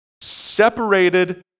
separated